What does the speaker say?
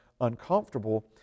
uncomfortable